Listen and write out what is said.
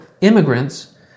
immigrants